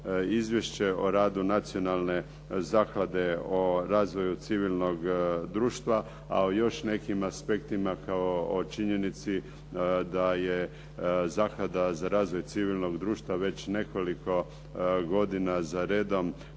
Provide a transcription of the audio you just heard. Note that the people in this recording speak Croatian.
Izvješće o radu Nacionalne zaklade o razvoju civilnog društva, a o još nekim aspektima kao o činjenici da je Zaklada za razvoj civilnog društva već nekoliko godina za redom